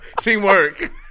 teamwork